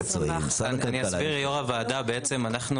אסביר.